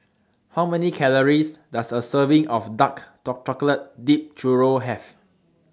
How Many Calories Does A Serving of Dark Chocolate Dipped Churro Have